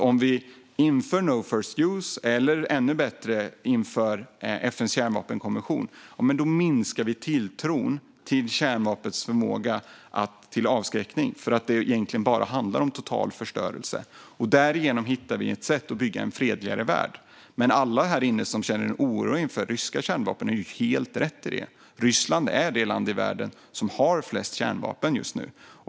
Om vi inför no first use eller ännu bättre FN:s kärnvapenkonvention minskar vi tilltron till kärnvapnens förmåga till avskräckning, eftersom det egentligen bara handlar om total förstörelse. Därigenom hittar vi ett sätt att bygga en fredligare värld. Alla här inne som känner oro inför ryska kärnvapen har helt rätt i det. Ryssland är det land i världen som har flest kärnvapen just nu.